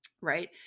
right